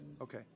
Okay